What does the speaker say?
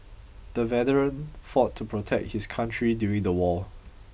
the veteran fought to protect his country during the war